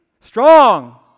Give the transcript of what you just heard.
strong